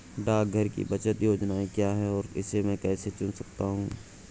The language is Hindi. डाकघर की बचत योजनाएँ क्या हैं और मैं इसे कैसे चुन सकता हूँ?